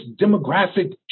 demographic